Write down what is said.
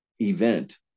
event